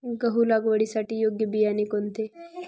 गहू लागवडीसाठी योग्य बियाणे कोणते?